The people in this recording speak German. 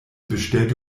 bestellte